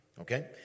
Okay